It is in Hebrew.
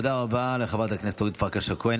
תודה רבה לחברת הכנסת אורית פרקש הכהן.